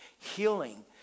Healing